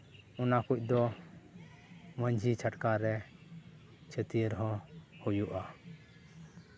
ᱚᱱᱟ ᱠᱚᱫᱚ ᱢᱟᱹᱡᱷᱤ ᱪᱷᱟᱴᱠᱟ ᱨᱮ ᱪᱷᱟᱹᱴᱭᱟᱹᱨ ᱦᱚᱸ ᱦᱩᱭᱩᱜᱼᱟ